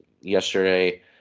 yesterday